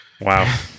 Wow